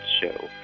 show